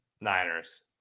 Niners